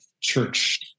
church